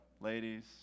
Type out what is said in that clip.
ladies